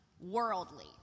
worldly